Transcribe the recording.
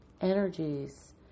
energies